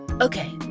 Okay